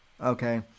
Okay